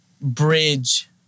bridge